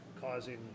causing